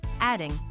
adding